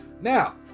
Now